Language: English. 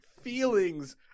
feelings